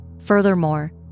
Furthermore